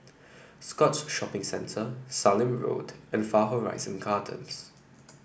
Scotts Shopping Centre Sallim Road and Far Horizon Gardens